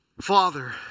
Father